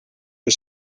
was